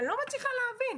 אני לא מצליחה להבין.